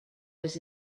was